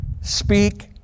speak